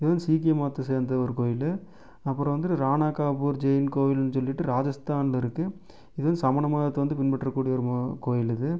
இது வந்து சீக்கிய மதத்தை சேர்ந்த ஒரு கோயில் அப்புறம் வந்துட்டு ராணகாபூர்ஜெயின் கோவில்ன்னு சொல்லிட்டு ராஜஸ்தான்ல இருக்குது இது வந்து சமண மதத்தை வந்து பின்பற்றக் கூடிய ஒரு மோ கோயில் இது